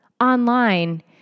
online